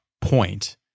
point